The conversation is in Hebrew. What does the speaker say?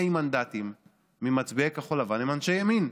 מנדטים ממצביעי כחול לבן הם אנשי ימין,